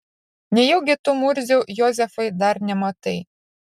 nejaugi tu murziau jozefai dar nematai